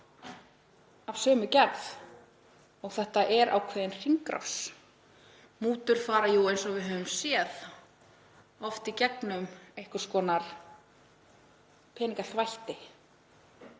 af sömu gerð. Þetta er ákveðin hringrás. Mútur fara jú eins og við höfum séð oft í gegnum einhvers konar peningaþvætti